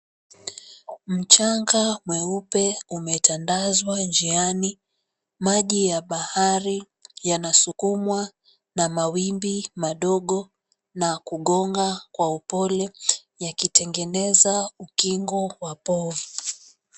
Mchanga mweupe umetandazwa njiani. Maji ya bahari yanasukumwa na mawimbi madogo na kugonga kwa upole yakitengeneza ukingo wa povu.